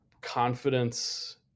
confidence